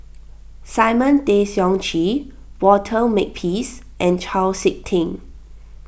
Simon Tay Seong Chee Walter Makepeace and Chau Sik Ting